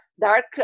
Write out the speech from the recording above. dark